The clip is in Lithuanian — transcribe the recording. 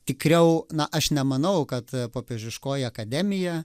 tikriau na aš nemanau kad popiežiškoji akademija